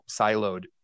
siloed